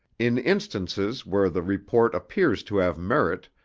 in instances where the report appears to have merit,